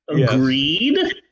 Agreed